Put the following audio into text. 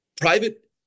private